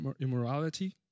immorality